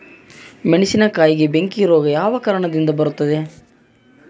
ಮೆಣಸಿನಕಾಯಿಗೆ ಬೆಂಕಿ ರೋಗ ಯಾವ ಕಾರಣದಿಂದ ಬರುತ್ತದೆ?